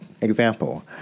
Example